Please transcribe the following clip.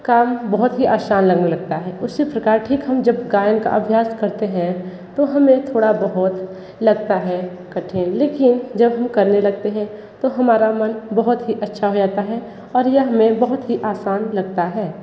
काम बहुत ही आसान लगने लगता है उसी प्रकार ठीक हम जब गायन का अभ्यास करते हैं तो हमें थोड़ा बहुत लगता है कठिन लेकिन जब हम करने लगते हैं तो हमारा मन बहुत ही अच्छा हो जाता है और यह हमें बहुत ही आसान लगता है